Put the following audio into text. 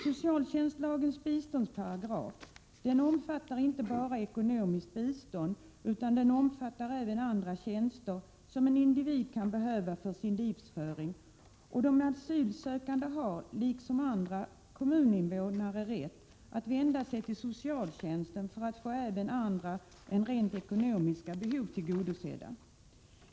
Socialtjänstlagens biståndsparagraf omfattar inte bara ekonomiskt bistånd utan även andra tjänster som en individ kan behöva för sin livsföring, och de asylsökande har liksom andra kommuninvånare rätt att vända sig till socialtjänsten för att få även andra än rent ekonomiska behov tillgodosedda.